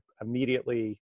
immediately